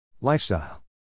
Lifestyle